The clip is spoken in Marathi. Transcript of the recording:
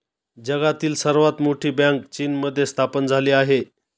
जगातील सर्वात मोठी बँक चीनमध्ये स्थापन झाली आहे